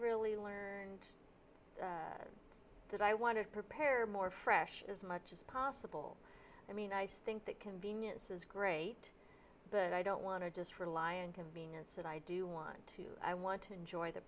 really learned that i want to prepare more fresh as much as possible i mean i stink that convenience is great but i don't want to just rely on convenience and i do want to i want to enjoy the